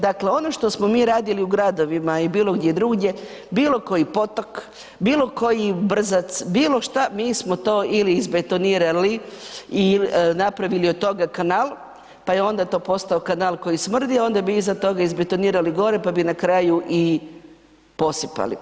Dakle, ono što smo mi radili u gradovima ili bilo gdje drugdje, bilo koji potok, bilo koji brzac, bilo što, mi smo to ili izbetonirali i napravili od toga kanal pa je onda to postao kanal koji smrdi, a onda bi iza toga i izbetonirali gore pa bi na kraju i posipali.